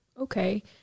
okay